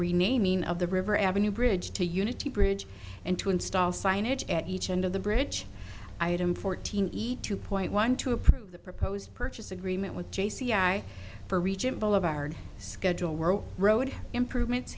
renaming of the river avenue bridge to unity bridge and to install signage at each end of the bridge i am fourteen eat two point one to approve the proposed purchase agreement with j c r for regent boulevard schedule world road improvements